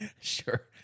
Sure